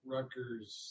Rutgers